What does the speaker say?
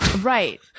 Right